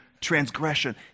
transgression